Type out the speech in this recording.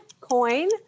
coin